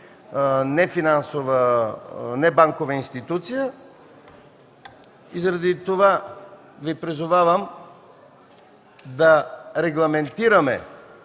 е банка, или небанкова институция. Заради това Ви призовавам да регламентираме